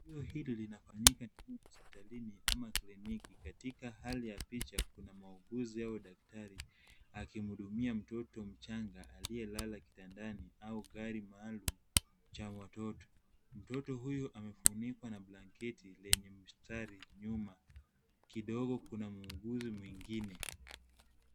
Tukio hili linafanyika hospitalini ama kliniki. Katika hali ya picha kuna muuguzi au daktari akimhudumia mtoto mchanga aliyelala kitandani au gari maalum chaa watoto. Mtoto huyu amefunikwa na blanketi lenye mistari nyuma. Kidogo kuna muuguzi mwingine.